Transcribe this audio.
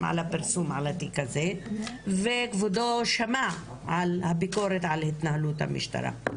על הפרסום על התיק הזה וכבודו שמע את הביקורת על התנהלות המשטרה.